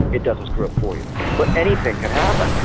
it doesn't screw up for you but anything can happen,